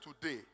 today